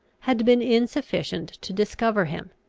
had been insufficient to discover him.